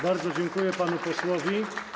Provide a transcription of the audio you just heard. Bardzo dziękuję panu posłowi.